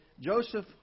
Joseph